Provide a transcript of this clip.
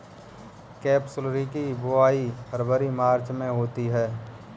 capsularis की बुवाई फरवरी मार्च में होती है